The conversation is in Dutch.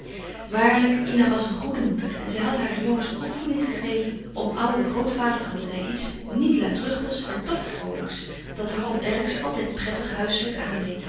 avondthee gezellig waarlijk ina was een goede moeder en zij had hare jongens een opvoeding gegeven om ouden grootvader hadden zij iets niet luidruchtigs en toch vroolijks dat harold dercksz altijd prettig huiselijk aandeed